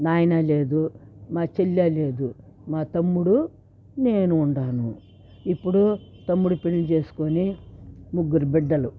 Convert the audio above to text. నాయనా లేడు మా చెల్లి లేదు మా తమ్ముడు నేను ఉన్నాను ఇప్పుడు తమ్ముడు పెళ్ళి చేసుకుని ముగ్గురు బిడ్డలు